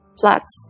flats